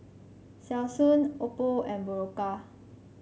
Selsun Oppo and Berocca